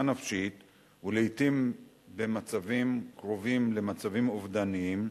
נפשית ולעתים במצבים קרובים למצבים אובדניים,